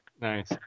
nice